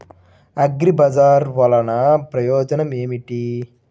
అగ్రిబజార్ వల్లన ప్రయోజనం ఏమిటీ?